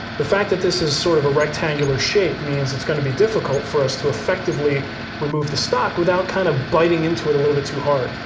the fact that this is sort of a rectangular shape means it's going to be difficult for us to effectively remove the stock without kind of biting into it a little bit too hard.